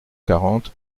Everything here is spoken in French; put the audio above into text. quarante